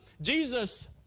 Jesus